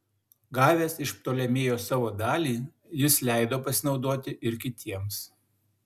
gavęs iš ptolemėjo savo dalį jis leido pasinaudoti ir kitiems